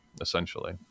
essentially